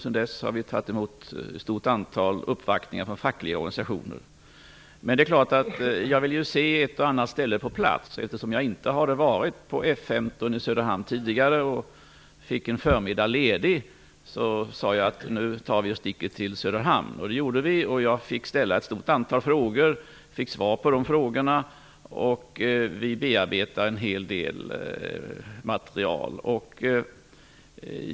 Sedan dess har vi tagit emot ett stort antal uppvaktningar från fackliga organisationer. Jag vill se ett och annat ställe på plats. Eftersom jag inte hade varit vid F 15 i Söderhamn tidigare och fick en förmiddag ledig, sade jag att vi skulle åka till Söderhamn. Det gjorde vi. Jag fick ställa ett stort antal frågor och fick svar på de frågorna. Vi bearbetar nu en hel del material.